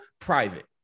private